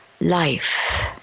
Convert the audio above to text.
life